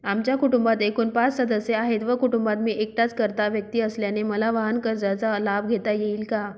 आमच्या कुटुंबात एकूण पाच सदस्य आहेत व कुटुंबात मी एकटाच कर्ता व्यक्ती असल्याने मला वाहनकर्जाचा लाभ घेता येईल का?